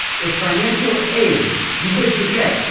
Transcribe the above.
if financial aid you wish to get,